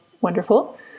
wonderful